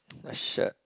a shirt